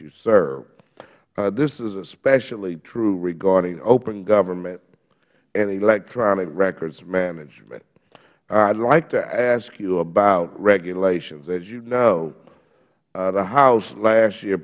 you serve this is especially true regarding open government and electronic records management i would like to ask you about regulations as you know the house last year